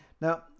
Now